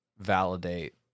validate